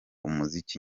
umuziki